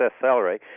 salary